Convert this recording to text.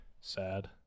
sad